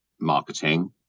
marketing